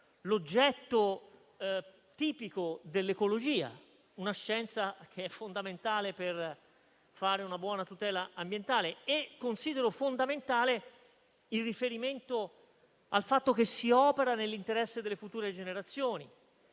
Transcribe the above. l'oggetto tipico dell'ecologia, una scienza fondamentale per fare una buona tutela ambientale. Considero fondamentale il riferimento al fatto che si operi nell'interesse delle future generazioni.